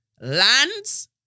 lands